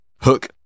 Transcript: hook